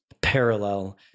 parallel